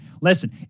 Listen